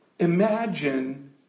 Imagine